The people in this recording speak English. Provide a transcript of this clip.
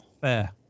fair